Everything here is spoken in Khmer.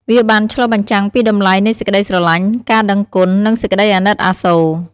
វាបានឆ្លុះបញ្ចាំងពីតម្លៃនៃសេចក្តីស្រឡាញ់ ការដឹងគុណ និងសេចក្តីអាណិតអាសូរ។